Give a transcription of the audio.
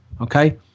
Okay